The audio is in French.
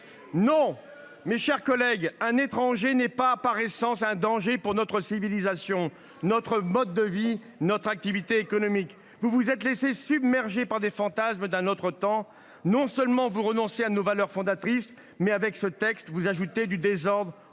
Non, mes chers collègues, un étranger n’est pas, par essence, un danger pour notre civilisation, notre mode de vie, notre activité économique. Vous vous êtes laissé submerger par des fantasmes d’un autre temps ! Non seulement vous renoncez à nos valeurs fondatrices, mais avec ce texte vous ajoutez du désordre